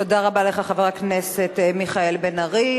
תודה רבה לך, חבר הכנסת מיכאל בן-ארי.